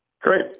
Great